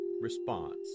response